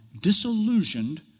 disillusioned